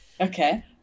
Okay